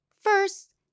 First